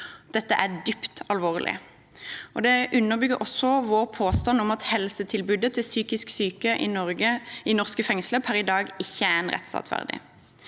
Dette er dypt alvorlig og underbygger vår påstand om at helsetilbudet til psykisk syke i norske fengsler per i dag ikke er en rettsstat verdig.